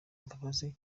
imbabazi